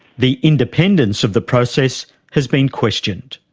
the independence of the process has been questioned.